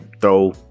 throw